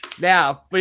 Now